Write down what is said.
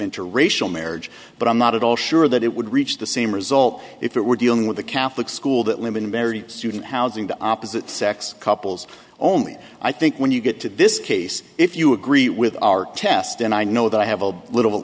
marriage but i'm not at all sure that it would reach the same result if it were dealing with the catholic school that women bury student housing the opposite sex couples only i think when you get to this case if you agree with our test and i know that i have a little